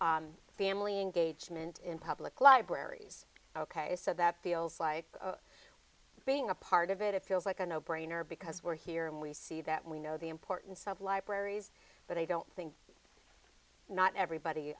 understand family engagement in public libraries ok so that feels like being a part of it it feels like a no brainer because we're here and we see that we know the importance of libraries but i don't think not everybody